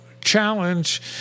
challenge